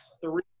three